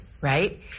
right